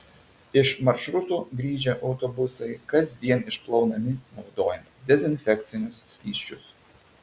iš maršrutų grįžę autobusai kasdien išplaunami naudojant dezinfekcinius skysčius